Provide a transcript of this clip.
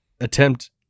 attempt